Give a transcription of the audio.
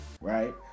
right